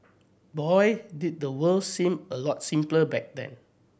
boy did the world seem a lot simpler back then